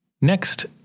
Next